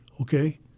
okay